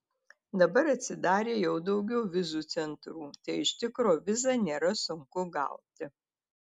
dabar atsidarė jau daugiau vizų centrų tai iš tikro vizą nėra sunku gauti